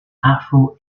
afro